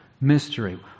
mystery